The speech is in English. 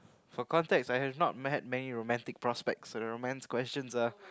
for context I have not met many romantic prospects so the romance questions are